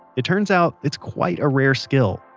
it turns out it's quite a rare skill,